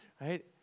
right